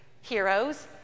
heroes